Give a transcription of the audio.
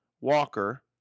Walker